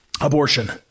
abortion